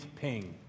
Ping